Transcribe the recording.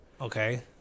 Okay